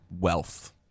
wealth